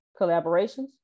collaborations